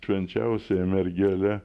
švenčiausiąja mergele